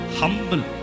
humble